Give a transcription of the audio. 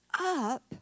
up